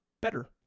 better